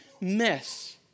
mess